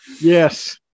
yes